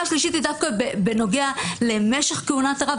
הערה שלישית היא דווקא בנוגע למשך כהונת הרב.